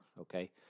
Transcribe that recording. okay